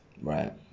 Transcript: Right